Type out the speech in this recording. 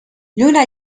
lluna